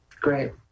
Great